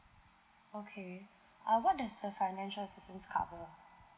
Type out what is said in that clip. okay uh what does the financial assistance cover uh